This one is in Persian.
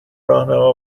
راهنما